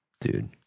dude